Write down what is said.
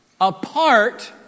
apart